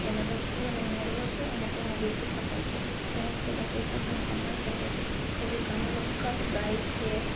એને એને વસ્તુઓને મેળવો છો અને તેને વેચી શકાય છે જેનાથી તમે પૈસા પણ કમાઈ શકો છો પછી ઘણી વખત ગાય છે